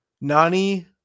Nani